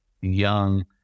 young